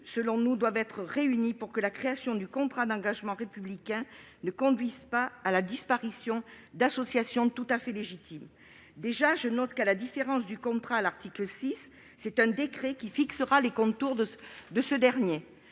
garanties doivent être réunies pour que la création du contrat d'engagement républicain ne conduise pas à la disparition d'associations tout à fait légitimes. Dès à présent, je note une différence avec l'article 6 : c'est un décret qui fixera les contours de ce contrat.